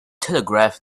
telegraph